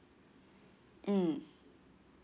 mm